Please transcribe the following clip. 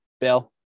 Bill